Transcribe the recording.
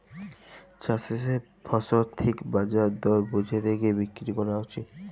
চাষীদের ফসল ঠিক বাজার দর বুঝে দ্যাখে বিক্রি ক্যরা উচিত